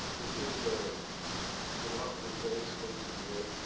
it is a remarkable coincidence, in a way,